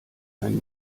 ein